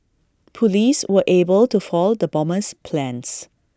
Police were able to foil the bomber's plans